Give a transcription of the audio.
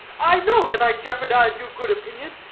i know that i jeopardize your good opinion.